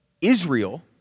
Israel